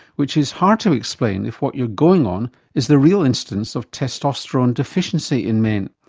which is hard to explain if what you're going on is the real incidence of testosterone deficiency in men.